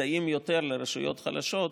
מסייעים יותר לרשויות החלשות,